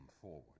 forward